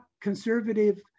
conservative